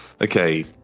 Okay